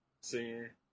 singer